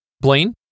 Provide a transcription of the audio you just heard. Blaine